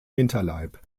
hinterleib